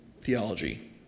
theology